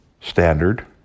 standard